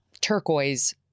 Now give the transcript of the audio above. turquoise